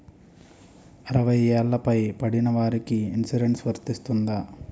అరవై ఏళ్లు పై పడిన వారికి ఇన్సురెన్స్ వర్తిస్తుందా?